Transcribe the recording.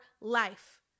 life